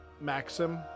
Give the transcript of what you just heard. maxim